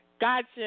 Gotcha